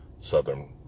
Southern